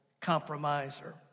compromiser